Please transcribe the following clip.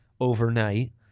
overnight